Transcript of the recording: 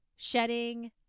shedding